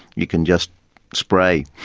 you can just spray.